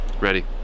Ready